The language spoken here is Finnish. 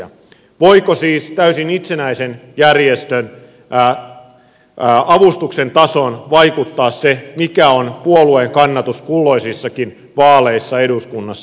voiko siis täysin itsenäisen järjestön avustuksen tasoon vaikuttaa se mikä on puolueen kannatus kulloisissakin vaaleissa eduskunnassa